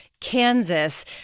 Kansas